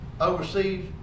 overseas